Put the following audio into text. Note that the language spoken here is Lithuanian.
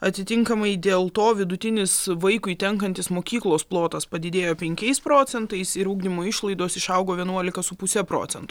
atitinkamai dėl to vidutinis vaikui tenkantis mokyklos plotas padidėjo penkiais procentais ir ugdymo išlaidos išaugo vienuolika su puse procento